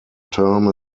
term